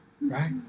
right